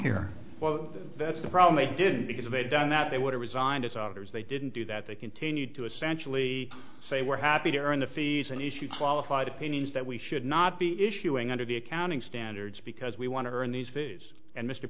here well that's the problem i did because of a down that they would have resigned as authors they didn't do that they continued to essentially say we're happy to earn the fees and if you qualified opinions that we should not be issuing under the accounting standards because we want to earn these fees and mr